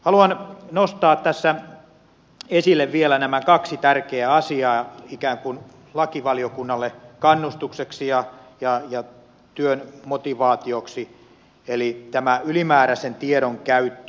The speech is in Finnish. haluan nostaa tässä esille vielä nämä kaksi tärkeää asiaa ikään kuin lakivaliokunnalle kannustukseksi ja työn motivaatioksi eli tämä ylimääräisen tiedon käyttö